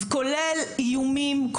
כולל איומים,